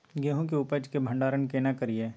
गेहूं के उपज के भंडारन केना करियै?